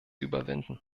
überwinden